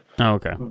Okay